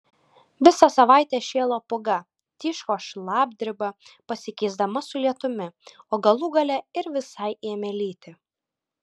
visą savaitę šėlo pūga tiško šlapdriba pasikeisdama su lietumi o galų gale ir visai ėmė lyti